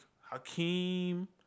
Hakeem